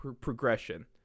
progression